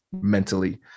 mentally